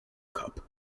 cup